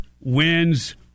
wins